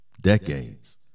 decades